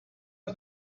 got